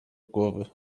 głowy